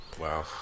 Wow